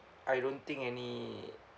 I don't think any~